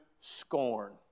scorn